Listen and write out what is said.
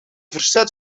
verzet